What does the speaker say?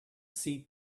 seat